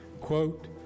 quote